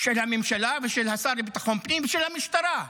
של הממשלה ושל השר לביטחון פנים ושל המשטרה,